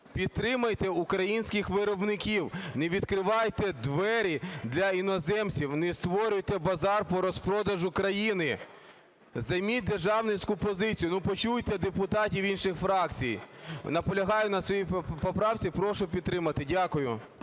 Підтримайте українських виробників, не відкривайте двері для іноземців, не створюйте базар по розпродажу країни, займіть державницьку позицію, почуйте депутатів інших фракцій. Наполягаю на своїй поправці, прошу підтримати. Дякую.